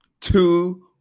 Two